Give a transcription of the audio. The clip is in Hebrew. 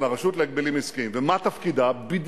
אני מוכן לקבל את הניתוחים הכלכליים שלכם, אין